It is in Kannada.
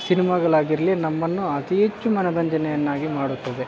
ಸಿನಿಮಾಗಳಾಗಿರಲಿ ನಮ್ಮನ್ನು ಅತಿ ಹೆಚ್ಚು ಮನೋರಂಜನೆಯನ್ನಾಗಿ ಮಾಡುತ್ತದೆ